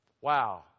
Wow